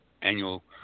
annual